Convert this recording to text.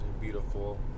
beautiful